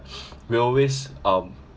we always um